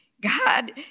God